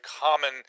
common